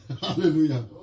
Hallelujah